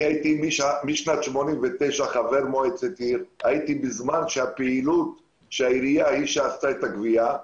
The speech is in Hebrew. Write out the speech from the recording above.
אני חבר מועצת עיר מאז שנת 1989. בזמנו העירייה היא שביצעה את הגבייה.